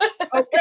Okay